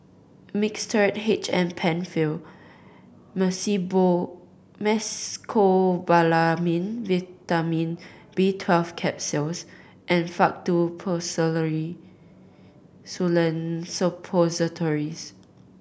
Mixtard H M Penfill Mecobalamin Vitamin B Twelve Capsules and Faktu Policresulen Suppositories